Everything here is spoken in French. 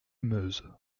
meuse